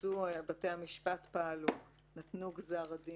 בתי המשפט פעלו ונתנו גזר דין.